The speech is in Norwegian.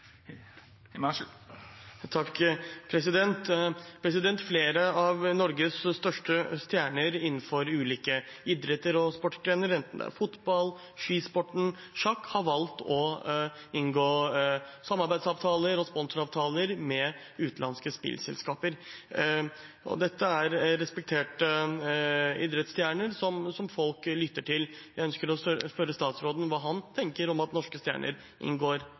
fotball, skisport eller sjakk, har valgt å inngå samarbeidsavtaler og sponsoravtaler med utenlandske spillselskaper. Dette er respekterte idrettsstjerner som folk lytter til. Jeg ønsker å spørre statsråden hva han tenker om at norske stjerner inngår